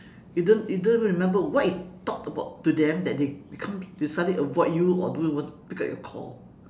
you don't you don't even remember what you talk about to them that they become they suddenly avoid you or don't even pick up your call